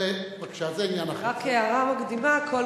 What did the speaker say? רק הערה מקדימה.